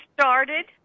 started